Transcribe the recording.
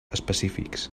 específics